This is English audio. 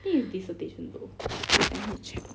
I think is dissertation though wait I need to check